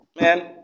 Man